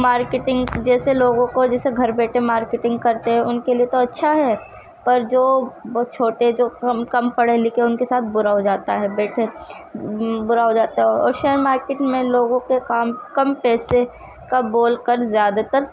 marketing جیسے لوگوں کو جیسے گھر بیٹھے مارکیٹنگ کرتے ہیں ان کے لیے تو اچّھا ہے پر جو بہت چھوٹے جو کم پڑھے لکھے ہیں ان کے ساتھ برا ہو جاتا ہے بیٹھے برا ہو جاتا ہے اور شیئر مارکیٹ میں لوگوں کے کام کم پیسے کا بول کر زیادہ تر